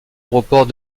aéroport